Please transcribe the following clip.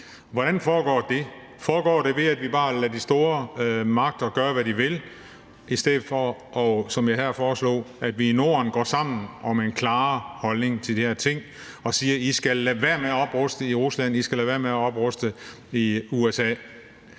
Hvordan foregår det? Foregår det, ved at vi bare lader de store magter gøre, hvad de vil, i stedet for at vi i Norden, som jeg foreslog her, går sammen om en klarere holdning til de her ting og siger: I skal lade være med at opruste i Rusland, I